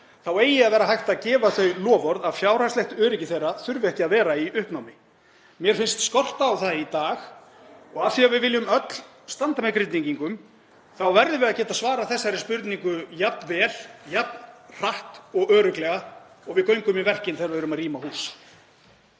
þá eigi að vera hægt að gefa þau loforð að fjárhagslegt öryggi þess þurfi ekki að vera í uppnámi. Mér finnst skorta á það í dag og af því að við viljum öll standa með Grindvíkingum þá verðum við að geta svarað þessari spurningu jafn vel, jafn hratt og örugglega og við göngum í verkin þegar við erum að rýma hús.